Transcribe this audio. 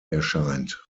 erscheint